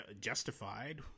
justified